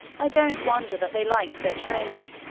i don't wonder that they liked their trade.